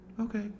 Okay